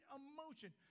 emotion